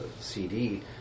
CD